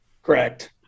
Correct